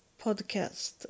podcast